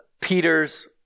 Peter's